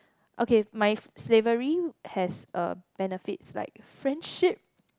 okay my slavery has uh benefits like friendship